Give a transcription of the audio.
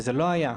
וזה לא היה.